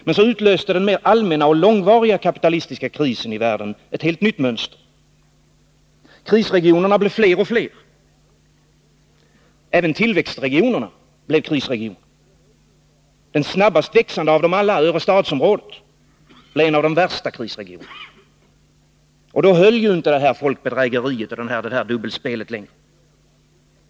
Men så utlöste den allmänna och långvariga kapitalistiska krisen i världen ett helt nytt mönster. Krisregionerna blev fler och fler. Även tillväxtregionerna blev krisregioner. Den snabbast växande av dem alla, Örestadsområdet, blev en av de värsta krisregionerna. Då höll ju inte det här folkbedrägeriet och det här dubbelspelet längre.